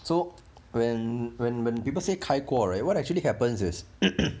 so when when when people say 开锅 right what actually happens is